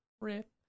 Rip